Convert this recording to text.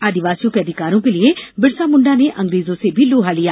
आदिवासियों के अधिकारों के लिये बिरसामुण्डा ने अंग्रेजों से भी लोहा लिया